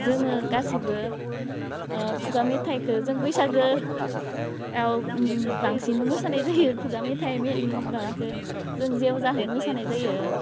जोङो गासिबो खुगा मेथाइखो जों बैसागोआव बांसिन मोसानाय जायो खुगा मेथाइ मे माबाखो जों जेयावजाहै मोसानाय जायो